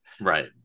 Right